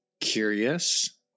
curious